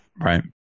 Right